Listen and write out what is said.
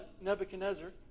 Nebuchadnezzar